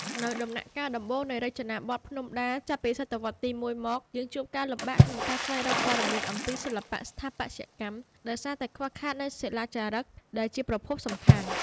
នៅដំណាក់កាលដំបូងនៃរចនាបថភ្នំដា ចាប់ពីសតវត្សរ៍ទី១ មក យើងជួបការលំបាកក្នុងការស្វែងរកព័ត៌មានអំពីសិល្បៈស្ថាបត្យកម្ម ដោយសារតែខ្វះខាតនូវសិលាចារឹកដែលជាប្រភពសំខាន់។